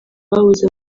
babuze